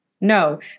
no